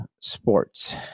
sports